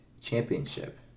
championship